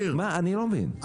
אני לא מבין.